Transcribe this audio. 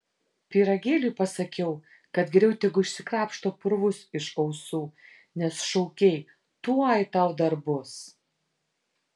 pyragėliui pasakiau kad geriau tegu išsikrapšto purvus iš ausų nes šaukei tuoj tau dar bus